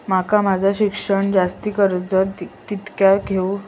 माका माझा शिक्षणाक जास्ती कर्ज कितीचा देऊ शकतास तुम्ही?